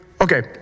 okay